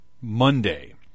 Monday